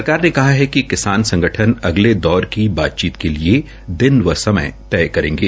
सरकार ने कहा है कि किसान संगठन अगले दौर की बातचीत के लिए दिन व समय तय करेंगे